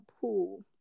pool